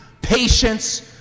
patience